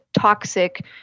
toxic